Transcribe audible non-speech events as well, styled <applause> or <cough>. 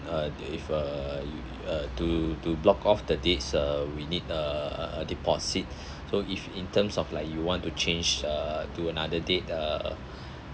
uh if uh you uh to to block off the dates uh we need uh a a deposit <breath> so if in terms of like you want to change uh to another date uh <breath>